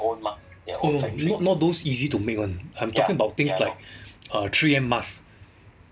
oh not not those easy to make one I'm talking about things like three M masks